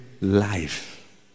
life